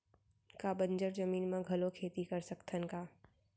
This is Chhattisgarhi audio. का बंजर जमीन म घलो खेती कर सकथन का?